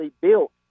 built